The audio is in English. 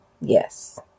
Yes